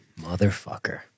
Motherfucker